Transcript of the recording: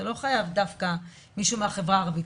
אתה לא חייב דווקא מישהו מהחברה הערבית.